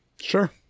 Sure